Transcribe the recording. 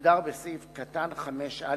המוגדר בסעיף 5(א)